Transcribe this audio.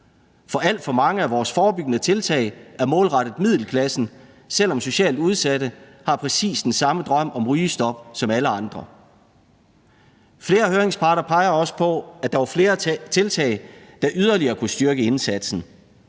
For alt for mange af vores forebyggende tiltag er målrettet middelklassen, selv om socialt udsatte har præcis den samme drøm om rygestop som alle andre. Flere høringsparter peger også på, at der var flere tiltag, der yderligere kunne styrke indsatsen.